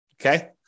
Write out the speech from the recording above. Okay